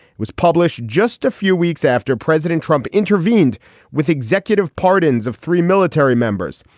was published just a few weeks after president trump intervened with executive pardons of three military members.